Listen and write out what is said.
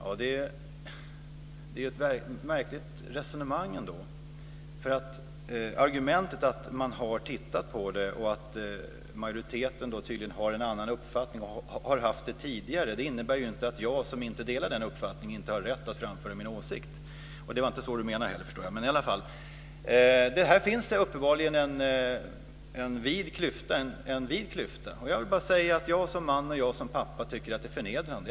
Fru talman! Det är ett märkligt resonemang ändå. Argumentet att man har tittat på det och att majoriteten tydligen har en annan uppfattning, och har haft det tidigare, innebär ju inte att jag som inte delar den uppfattningen inte har rätt att framföra min åsikt. Det var inte så Barbro Hietala Nordlund menade heller, det förstår jag. Här finns det uppenbarligen en vid klyfta. Jag vill bara säga att jag som man och pappa tycker att det är förnedrande.